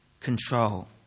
control